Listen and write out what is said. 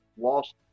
lost